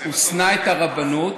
ושנא את הרבנות,